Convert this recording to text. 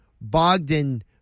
Bogdan